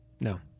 No